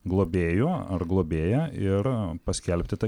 globėju ar globėja ir paskelbti tą